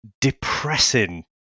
depressing